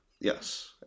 Yes